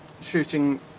Shooting